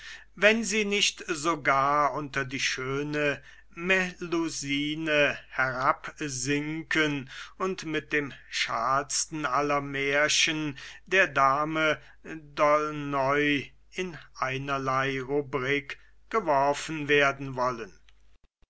wenn sie nicht sogar unter die schöne melusine herabsinken und mit dem schalsten aller märchen der dame d'aunoy in eine rubrik geworfen werden wollen